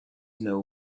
know